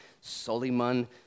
Suleiman